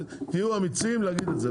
תהיו אמיצים עכשיו להגיד את זה,